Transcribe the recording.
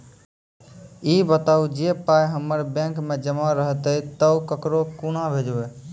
ई बताऊ जे पाय हमर बैंक मे जमा रहतै तऽ ककरो कूना भेजबै?